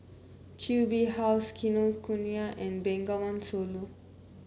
Q B House Kinokuniya and Bengawan Solo